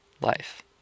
life